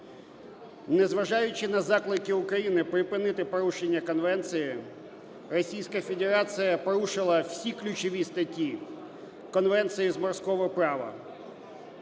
Незважаючи на заклики України припинити порушення конвенції, Російська Федерація порушила всі ключові статті Конвенції з морського права.